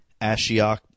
Ashiok